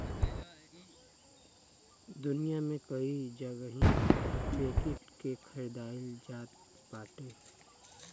दुनिया में कई जगही पे कीट के खाईल जात बाटे